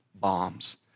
bombs